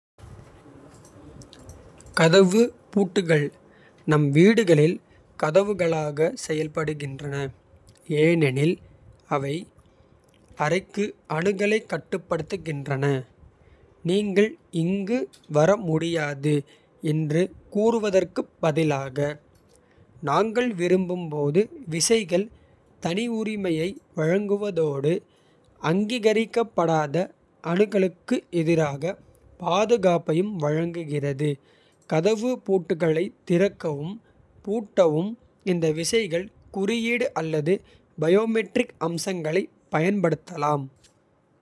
கதவு பூட்டுகள் நம் வீடுகளில் கதவுகளாக செயல்படுகின்றன. ஏனெனில் அவை அறைக்கு அணுகலைக். கட்டுப்படுத்துகின்றன நீங்கள் இங்கு வர முடியாது. என்று கூறுவதற்குப் பதிலாக நாங்கள் விரும்பும். போது விசைகள் தனியுரிமையை வழங்குவதோடு. அங்கீகரிக்கப்படாத அணுகலுக்கு எதிராக பாதுகாப்பையும். வழங்குகிறது கதவு பூட்டுகளைத் திறக்கவும் பூட்டவும். இந்த விசைகள் குறியீடு அல்லது பயோமெட்ரிக். அம்சங்களைப் பயன்படுத்தலாம்.